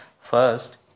first